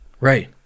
Right